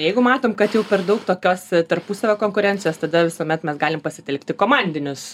jeigu matom kad jau per daug tokios tarpusavio konkurencijos tada visuomet mes galim pasitelkti komandinius